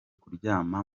kuryama